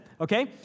okay